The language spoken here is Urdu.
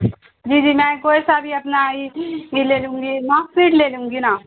جی جی میں کوئی سا بھی اپنا یہ لے لوں گی مارک شیٹ لے لوں گی نا